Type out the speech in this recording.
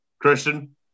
Christian